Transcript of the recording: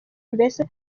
mbese